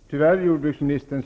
Herr talman! Tyvärr, jordbruksministern,